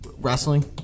Wrestling